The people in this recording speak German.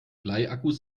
bleiakkus